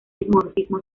dimorfismo